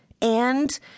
And